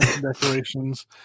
decorations